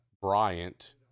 Bryant